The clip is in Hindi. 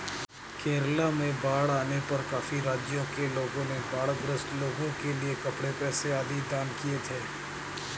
केरला में बाढ़ आने पर काफी राज्यों के लोगों ने बाढ़ ग्रस्त लोगों के लिए कपड़े, पैसे आदि दान किए थे